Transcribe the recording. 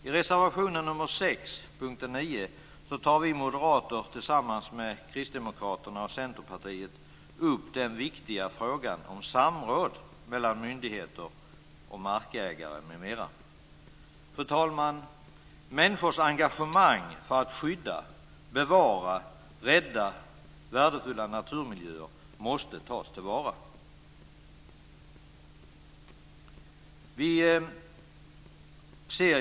I reservation nr 6 under punkt 9 tar vi moderater tillsammans med Kristdemokraterna och Centerpartiet upp den viktiga frågan om samråd mellan myndigheter och markägare m.m. Fru talman! Människors engagemang för att skydda, bevara och rädda värdefulla naturmiljöer måste tas till vara.